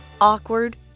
awkward